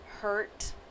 hurt